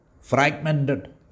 fragmented।